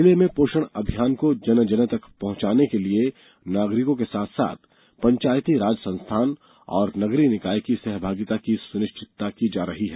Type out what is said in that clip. जिले में पोषण अभियान को जन जन तक पहुंचाने के लिए नागरिकों के साथ साथ पंचायती राज संस्थान और नगरीय निकाय की सहभागिता भी सुनिश्चित की जा रही है